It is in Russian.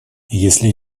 если